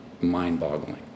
mind-boggling